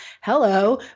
hello